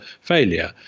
failure